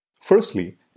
Firstly